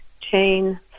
chain